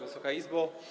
Wysoka Izbo!